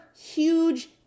huge